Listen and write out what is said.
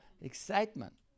excitement